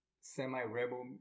semi-rebel